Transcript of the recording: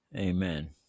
Amen